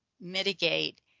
mitigate